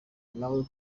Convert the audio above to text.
nawe